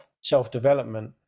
self-development